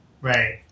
Right